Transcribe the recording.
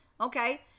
Okay